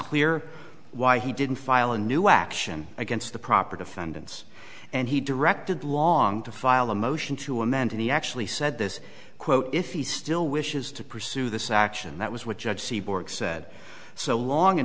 clear why he didn't file a new action against the proper defendants and he directed long to file a motion to amend and he actually said this quote if he still wishes to pursue this action that was what judge said so long